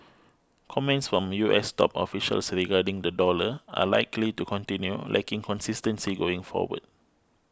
comments from U S top officials regarding the dollar are likely to continue lacking consistency going forward